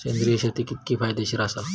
सेंद्रिय शेती कितकी फायदेशीर आसा?